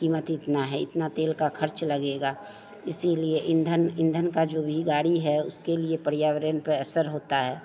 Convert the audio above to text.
कीमत इतनी है इतना तेल का खर्च लगेगा इसीलिए ईंधन ईंधन का जो भी गाड़ी है उसके लिए पर्यावरण पर असर होता है